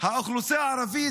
האוכלוסייה הערבית,